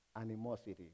animosity